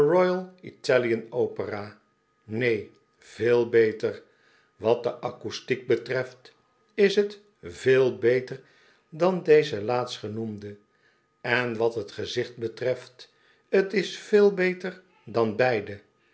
italian opera neen veel beter wat de acoustiek betreft is t veel beter dan deze laatstgenoemde en wat t gezicht betreft is t veel beter dan beide